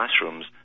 classrooms